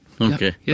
Okay